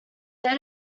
they